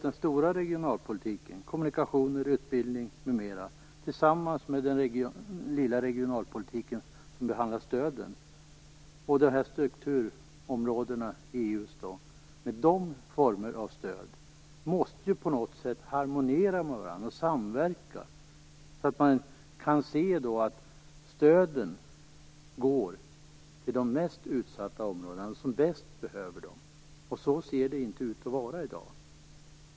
Den stora regionalpolitiken - kommunikationer, utbildning m.m. - tillsammans med den lilla regionalpolitiken som behandlar stöden och EU:s strukturområden måste på något sätt harmoniera med varandra och samverka så att stöden går till de mest utsatta områdena som bäst behöver dem. Så ser det inte ut att vara i dag.